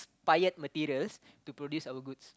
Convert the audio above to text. ~pired materials to produce our goods